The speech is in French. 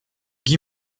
guy